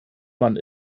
man